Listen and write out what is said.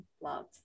love